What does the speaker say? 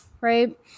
right